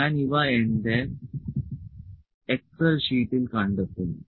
ഞാൻ ഇവ എന്റെ എക്സൽ ഷീറ്റിൽ കണ്ടെത്തും